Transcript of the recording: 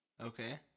Okay